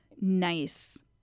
nice